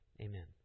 Amen